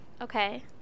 Okay